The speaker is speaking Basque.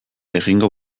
egingo